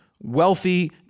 wealthy